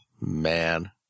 man